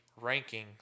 rankings